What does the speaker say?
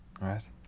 right